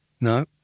No